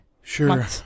Sure